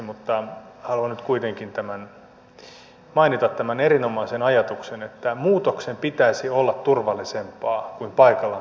mutta haluan kuitenkin mainita tämän erinomaisen ajatuksen että muutoksen pitäisi olla turvallisempaa kuin paikallaan pysyminen